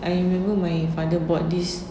I remember my father bought this